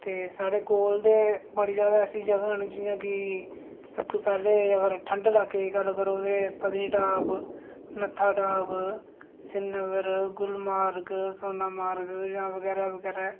ते साढ़े कोल बड़ी ऐसी जगह् न जि'यां कि सबतूं पैह्लें जेकर ठंडे लाकै दी गल्ल करो ते पत्नीटॉप नत्थाटॉप ऋीनगर गुलमर्ग सोनमर्ग जां बगैरा बगैरा